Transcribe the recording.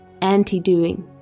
anti-doing